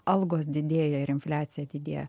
algos didėja ir infliacija didėja